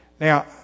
Now